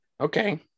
okay